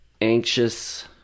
anxious